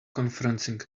conferencing